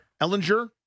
Ellinger